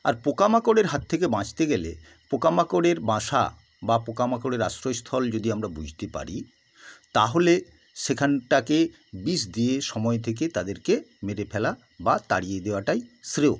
আর পোকামাকড়ের হাত থেকে বাঁচতে গেলে পোকামাকড়ের বাসা বা পোকামাকড়ের আশ্রয়স্থল যদি আমরা বুঝতে পারি তাহলে সেখানটাকে বিষ দিয়ে সময় থেকে তাদেরকে মেরে ফেলা বা তাড়িয়ে দেওয়াটাই শ্রেয়